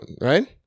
right